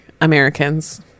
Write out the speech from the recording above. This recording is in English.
americans